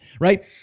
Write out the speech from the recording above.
right